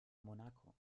monaco